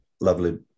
lovely